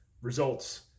results